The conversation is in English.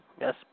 Yes